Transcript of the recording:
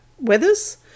weathers